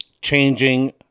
changing